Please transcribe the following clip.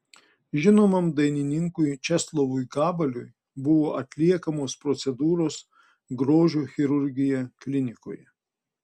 žinomam dainininkui česlovui gabaliui buvo atliekamos procedūros grožio chirurgija klinikoje